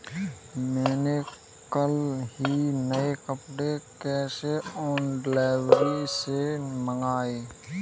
मैंने कल ही नए कपड़े कैश ऑन डिलीवरी से मंगाए